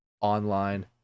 online